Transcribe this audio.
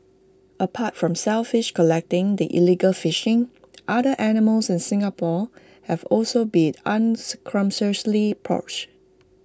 apart from shellfish collecting the illegal fishing other animals in Singapore have also been unscrupulously poached